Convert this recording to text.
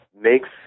makes